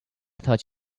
thought